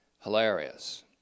hilarious